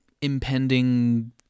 impending